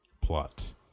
plot